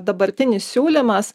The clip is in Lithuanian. dabartinis siūlymas